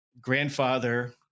grandfather